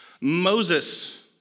Moses